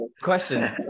Question